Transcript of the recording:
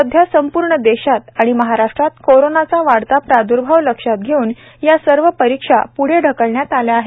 सध्या संपूर्ण देशात आणि महाराष्ट्रात कोरोनाचा वाढता प्रादुर्भाव लक्षात घेऊन या सर्व परीक्षा पुढे ढकलण्यात आल्या आहेत